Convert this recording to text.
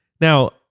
Now